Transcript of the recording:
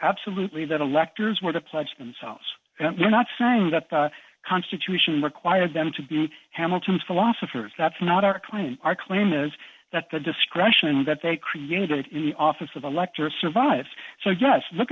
absolutely that electors where the pledge themselves were not signed that the constitution required them to be hamilton's philosophers that's not our claim our claim is that the discretion that they created in the office of electors survives so just look